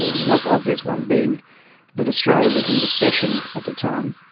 the most obvious one being that australia was in recession at the time.